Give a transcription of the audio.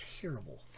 terrible